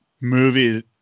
movie